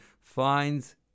finds